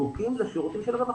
זקוקים לשירותים של הרווחה,